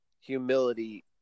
humility